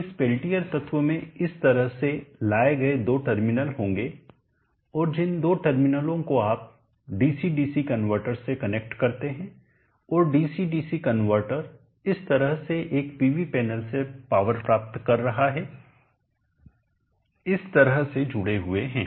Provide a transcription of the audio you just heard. तो इस पेल्टियर तत्व में इस तरह से लाए गए 2 टर्मिनल होंगे और जिन 2 टर्मिनलों को आप DC DC कनवर्टर से कनेक्ट करते हैं और DC DC कनवर्टर इस तरह से एक पीवी पैनल से पावर प्राप्त कर रहा हैं इस तरह से जुड़े हुए हैं